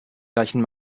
gleichen